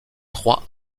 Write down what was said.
trois